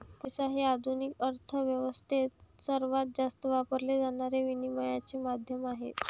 पैसा हे आधुनिक अर्थ व्यवस्थेत सर्वात जास्त वापरले जाणारे विनिमयाचे माध्यम आहे